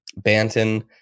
Banton